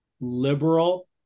liberal